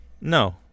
No